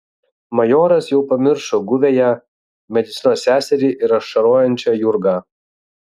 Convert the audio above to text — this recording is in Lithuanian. majoras jau pamiršo guviąją medicinos seserį ir ašarojančią jurgą